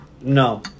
No